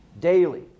daily